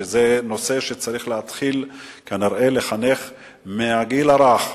זה נושא שצריך כנראה להתחיל לחנך בו מהגיל הרך,